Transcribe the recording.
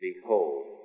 Behold